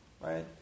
right